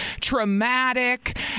traumatic